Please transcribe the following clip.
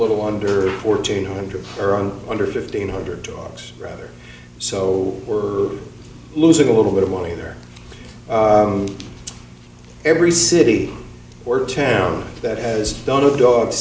little under fourteen hundred or one hundred fifteen hundred dogs rather so we're losing a little bit of money there every city or town that has done a dog